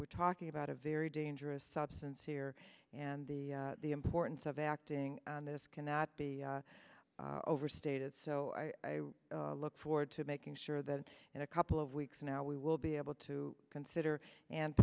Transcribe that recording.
we're talking about a very dangerous substance here and the the importance of acting on this cannot be overstated so i look forward to making sure that in a couple of weeks now we will be able to consider and